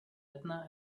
edna